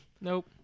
Nope